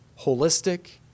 holistic